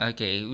Okay